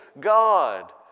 God